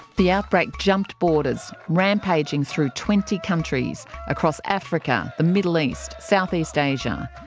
the outbreak jumped borders, rampaging through twenty countries across africa, the middle east, southeast asia.